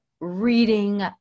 reading